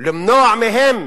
למנוע מהם